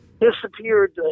disappeared